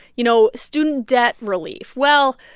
you know, student debt relief well,